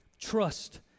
Trust